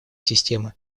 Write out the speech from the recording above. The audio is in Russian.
системы